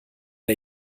der